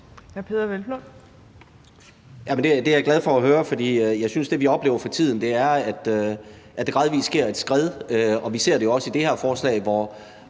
Peder Hvelplund (EL): Det er jeg glad for at høre, for jeg synes, at det, vi oplever for tiden, er, at der gradvis sker et skred. Og vi ser det også i det her lovforslag, hvor